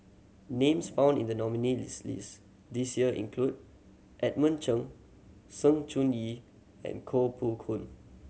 names found in the nominee list list this year include Edmund Cheng Sng Choon Yee and Koh Poh Koon